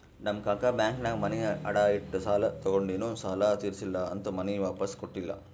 ನಮ್ ಕಾಕಾ ಬ್ಯಾಂಕ್ನಾಗ್ ಮನಿ ಅಡಾ ಇಟ್ಟು ಸಾಲ ತಗೊಂಡಿನು ಸಾಲಾ ತಿರ್ಸಿಲ್ಲಾ ಅಂತ್ ಮನಿ ವಾಪಿಸ್ ಕೊಟ್ಟಿಲ್ಲ